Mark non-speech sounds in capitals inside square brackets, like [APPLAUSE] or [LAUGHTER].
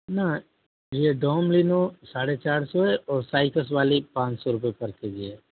ना ये [UNINTELLIGIBLE] साढ़े चार सौ है और [UNINTELLIGIBLE] वाली पाँच सौ रूपये पर के जी है